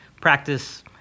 practice